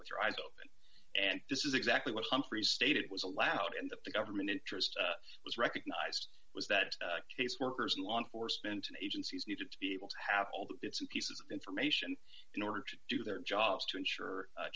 with your eyes open and this is exactly what humphries stated was allowed and that the government interest was recognized was that caseworkers and law enforcement agencies need to be able to have all the bits and pieces of information in order to do their jobs to ensure